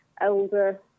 elder